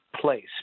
place